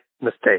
mistake